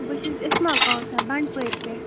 بہٕ چھَس اِسما کوثر بنڈٕ پٲرِ پٮ۪ٹھ